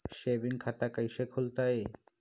Saving खाता कैसे खुलतई?